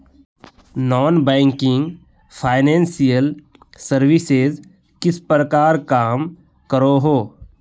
Non banking financial services किस प्रकार काम करोहो?